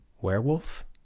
Werewolf